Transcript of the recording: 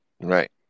Right